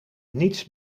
niets